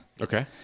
Okay